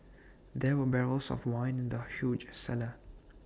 there were barrels of wine in the huge cellar